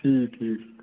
ठीक ठीक